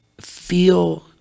feel